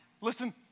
Listen